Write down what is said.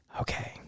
okay